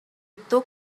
took